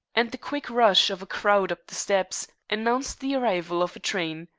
and the quick rush of a crowd up the steps, announced the arrival of a train.